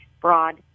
broad